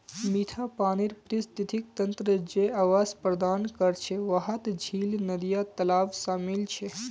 मिठा पानीर पारिस्थितिक तंत्र जे आवास प्रदान करछे वहात झील, नदिया, तालाब शामिल छे